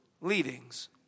leadings